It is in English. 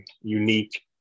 unique